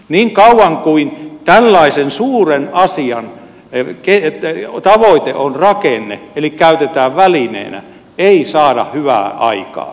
niin kauan kuin tällaisen suuren asian tavoite on rakenne eli käytetään välineenä ei saada hyvää aikaan